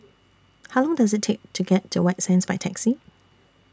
How Long Does IT Take to get to White Sands By Taxi